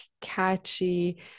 catchy